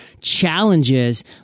challenges